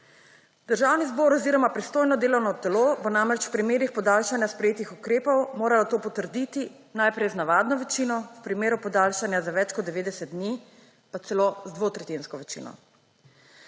Državni zbor oziroma pristojno delovno telo bo namreč v primerih podaljšanja sprejetih ukrepov moralo to potrditi najprej z navadno večino, v primeru podaljšanja za več kot 90 dni pa celo z dvotretjinsko večino.